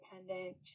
independent